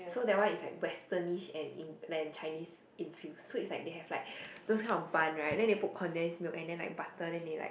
so that one is like Western ish and Chinese infuse so it's like they have like those kind of bun right then they put condensed milk and then like butter then they like